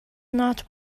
not